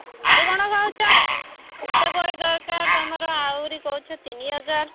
ଏମିତି କ'ଣ କହୁଛ ଏତେ ବହି ଦରକାର ତୁମର ଆହୁରି କହୁଛ ତିନି ହଜାର